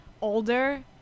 older